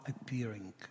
appearing